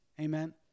Amen